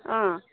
অঁ